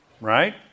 right